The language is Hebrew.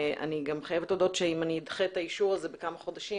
אני גם חייבת להודות שאם אני אדחה את האישור הזה בכמה חודשים,